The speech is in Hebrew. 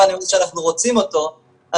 ממה שאנחנו רוצים אותו -- הוא כאן כדי להישאר.